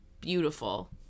beautiful